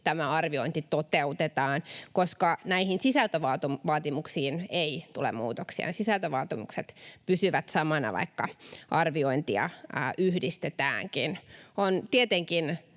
tämä arviointi toteutetaan, koska näihin sisältövaatimuksiin ei tule muutoksia. Ne sisältövaatimukset pysyvät samana, vaikka arviointia yhdistetäänkin. On tietenkin